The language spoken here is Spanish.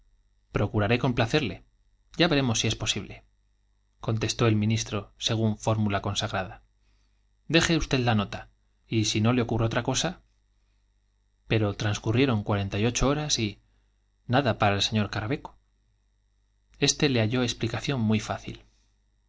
procuraré complacerle ya veremos si es posible contestó el ministro según fórmula consagrada le otra cosa usted la nota y si no ocurre deje pero transcurrieron cuarenta ocho horas y y caraveco este le halló explicación j nada para el sr muy fácil